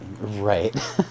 Right